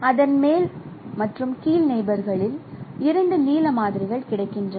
அதன் மேல் மற்றும் கீழ் நெயிபோர்களில் இரண்டு நீல மாதிரிகள் கிடைக்கின்றன